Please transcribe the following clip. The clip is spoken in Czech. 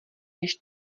než